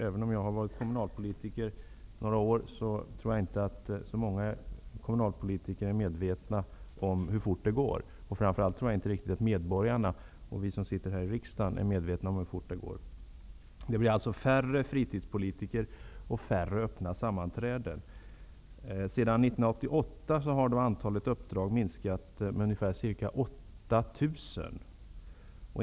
Även om jag har varit kommunalpolitiker under några år, är det nog inte så många kommunalpolitiker som är medvetna om hur fort det går. Framför allt är nog inte medborgarna och vi här i riksdagen medvetna om det. Det blir alltså färre fritidspolitiker och färre öppna sammanträden. Sedan 1988 har antalet uppdrag minskat med ca 8 000.